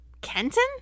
Kenton